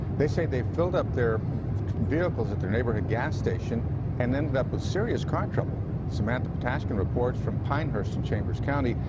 they say they filled up their vehicles at their neighborhood gas station and ended upped with serious car trouble. samantha ptashkin reports from pinehurst in chambers county.